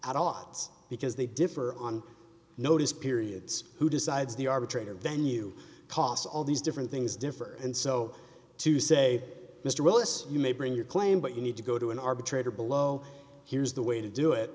it's because they differ on notice periods who decides the arbitrator venue toss all these different things differ and so to say mr willis you may bring your claim but you need to go to an arbitrator below here's the way to do it